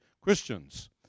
Christians